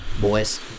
boys